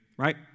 Right